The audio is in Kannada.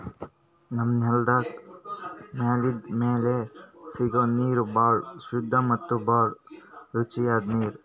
ನಮ್ಮ್ ನೆಲದ್ ಮ್ಯಾಲಿಂದ್ ಮ್ಯಾಲೆ ಸಿಗೋ ನೀರ್ ಭಾಳ್ ಸುದ್ದ ಮತ್ತ್ ಭಾಳ್ ರುಚಿಯಾದ್ ನೀರ್